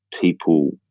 people